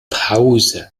pause